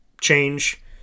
change